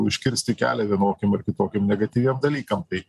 užkirsti kelią vienokiem ar kitokiem negatyviem dalykam tai